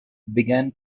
began